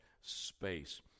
space